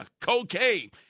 cocaine